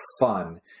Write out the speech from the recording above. fun